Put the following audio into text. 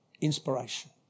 inspiration